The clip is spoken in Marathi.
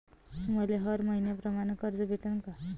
मले हर मईन्याप्रमाणं कर्ज भेटन का?